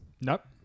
Nope